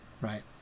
right